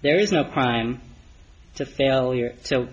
there is no crime to failure so